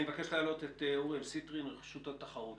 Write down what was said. אני מבקש להעלות את אוריאל סיטרואן מרשות התחרות,